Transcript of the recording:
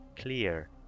clear